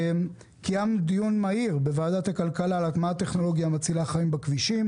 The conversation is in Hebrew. קיימנו דיון מהיר בוועדת הכלכלה על הטמעת טכנולוגיה מצילה חיים בכבישים,